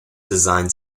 designed